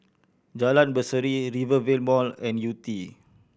Jalan Berseri Rivervale Mall and Yew Tee